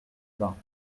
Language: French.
bains